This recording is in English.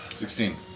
Sixteen